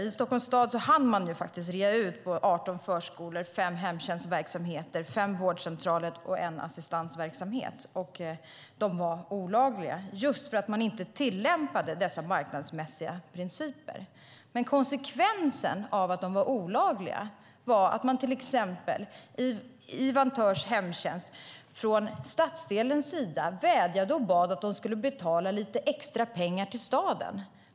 I Stockholms stad hann man faktiskt rea ut arton förskolor, fem hemtjänstverksamheter, fem vårdcentraler och en assistansverksamhet, och de affärerna var olagliga just för att man inte tillämpade marknadsmässiga principer. Konsekvensen av att de var olagliga var att man till exempel i Vantörs Hemtjänst från stadsdelens sida vädjade och bad att de skulle betala lite extra pengar till staden.